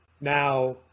Now